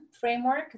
framework